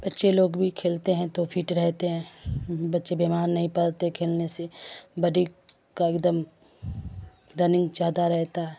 بچے لوگ بھی کھیلتے ہیں تو فٹ رہتے ہیں بچے بیمار نہیں پڑتے کھیلنے سے باڈی کا ایک دم رننگ زیادہ رہتا ہے